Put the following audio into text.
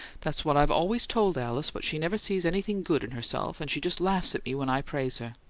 that's what i've always told alice but she never sees anything good in herself, and she just laughs at me when i praise her.